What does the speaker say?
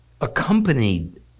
accompanied